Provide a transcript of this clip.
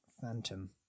Phantom